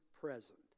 present